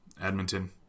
Edmonton